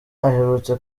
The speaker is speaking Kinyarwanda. aherutse